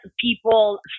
people